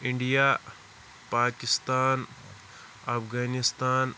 India Pakistan Afghanistan